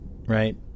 right